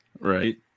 Right